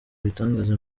ibitangaza